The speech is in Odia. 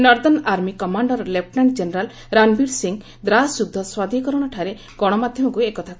northern army commander lieutenant general Ranbir Singh Dras ଯୁଦ୍ଧ ସ୍ୱାଧିକରଣଠାରେ ଗଣମାଧ୍ୟମକୁ ଏକଥା କହିଛନ୍ତି